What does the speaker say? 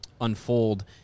unfold